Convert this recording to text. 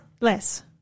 Less